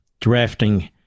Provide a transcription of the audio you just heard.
Drafting